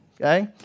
okay